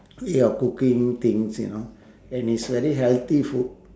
way of cooking things you know and it's very healthy food